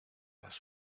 las